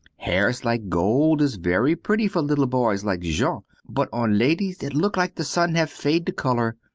hairs like gold is very pretty for little boys like jean, but on ladies it look like the sun have fade the color.